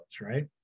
right